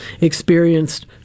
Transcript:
experienced